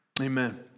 Amen